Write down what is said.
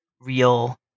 real